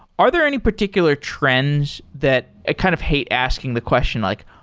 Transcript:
are there any particular trends that i kind of hate asking the question, like,